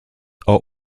are